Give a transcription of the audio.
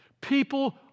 People